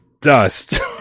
dust